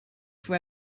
for